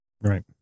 Right